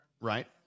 right